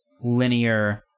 linear